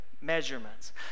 measurements